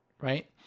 Right